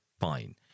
fine